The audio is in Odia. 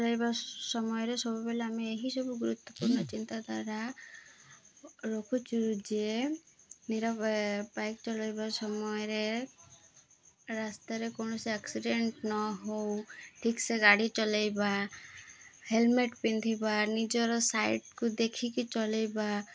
ଚଳେଇବା ସମୟରେ ସବୁବେଳେ ଆମେ ଏହିସବୁ ଗୁରୁତ୍ୱପୂର୍ଣ୍ଣ ଚିନ୍ତାଧ୍ୱାରା ରଖୁଛୁ ଯେ ନିରା ବାଇକ୍ ଚଲେଇବା ସମୟରେ ରାସ୍ତାରେ କୌଣସି ଆକ୍ସିଡ଼େଣ୍ଟ୍ ନହଉ ଠିକ୍ସେ ଗାଡ଼ି ଚଲେଇବା ହେଲ୍ମେଟ୍ ପିନ୍ଧିବା ନିଜର ସାଇଟ୍କୁ ଦେଖିକି ଚଲେଇବା